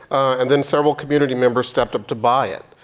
and then several community members stepped up to buy it.